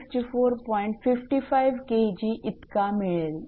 55 𝐾𝑔 इतका मिळेल